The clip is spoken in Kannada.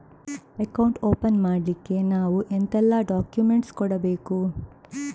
ಅಕೌಂಟ್ ಓಪನ್ ಮಾಡ್ಲಿಕ್ಕೆ ನಾವು ಎಂತೆಲ್ಲ ಡಾಕ್ಯುಮೆಂಟ್ಸ್ ಕೊಡ್ಬೇಕು?